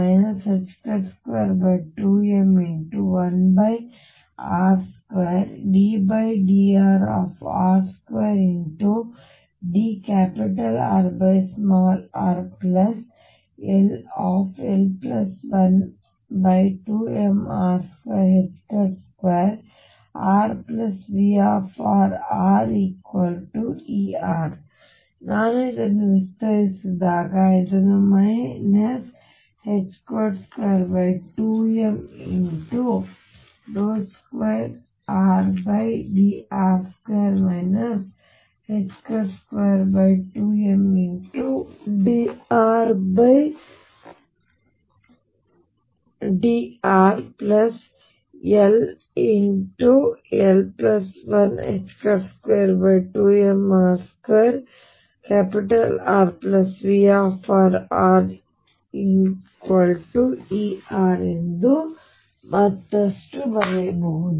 ಮತ್ತು r ಗೆ ಸಮೀಕರಣ 22m1r2ddrr2dRdrll122mr2RVrRER ನಾವು ಇದನ್ನು ವಿಸ್ತರಿಸಿದಾಗ ಇದನ್ನು 22md2Rdr2 22mdRdrll122mr2RVrRER ಎಂದು ಮತ್ತಷ್ಟು ಬರೆಯಬಹುದು